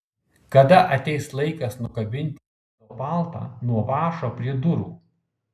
kada ateis laikas nukabinti edo paltą nuo vąšo prie durų